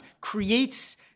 creates